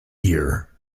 year